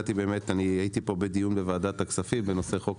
הייתי פה בדיון בוועדת הכספים בנושא חוק